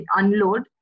unload